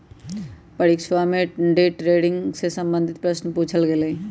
परीक्षवा में day trading से संबंधित प्रश्न पूछल गय लय